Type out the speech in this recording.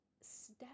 step